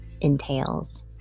entails